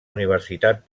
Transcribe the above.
universitat